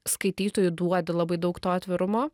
skaitytojui duodi labai daug to atvirumo